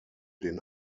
den